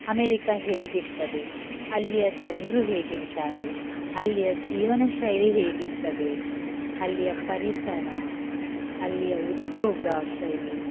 America ಹೇಗಿರ್ತದೆ ಅಲ್ಲಿಯ ಜನರು ಹೇಗಿರ್ತಾರೆ ಅಲ್ಲಿಯ ಜೀವನಶೈಲಿ ಹೇಗಿರ್ತದೆ ಅಲ್ಲಿಯ ಪರಿಸರ ಅಲ್ಲಿಯ ಉದ್ಯೋಗಶೈಲಿ